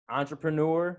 entrepreneur